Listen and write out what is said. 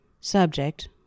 subject